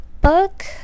book